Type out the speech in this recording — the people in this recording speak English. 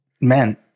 man